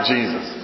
Jesus